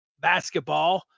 basketball